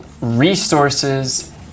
resources